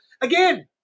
again